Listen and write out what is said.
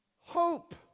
Hope